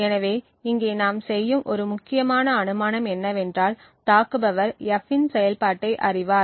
எனவே இங்கே நாம் செய்யும் ஒரு முக்கியமான அனுமானம் என்னவென்றால் தாக்குபவர் F இன் செயல்பாட்டை அறிவார்